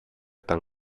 tan